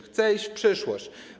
Chce iść w przyszłość.